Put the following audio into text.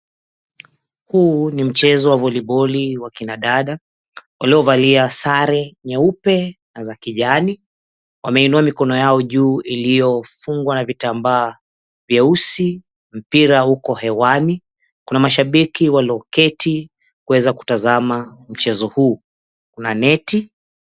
Huu ni mchezo wa voliboli, wa kina dada waliovalia sare nyeupe na za kijani, wameinua mikono yao juu iliyofungwa na vitambaa vyeusi. Mpira uko hewani, kuna mashabiki walioketi kuweza kutazama mchezo huu. Kuna neti.